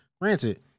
Granted